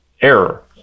error